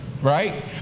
right